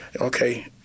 okay